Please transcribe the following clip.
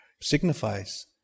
signifies